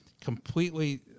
completely